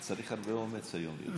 צריך הרבה אומץ היום כדי להיות שר התחבורה.